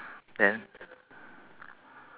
okay